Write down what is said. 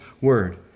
Word